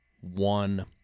one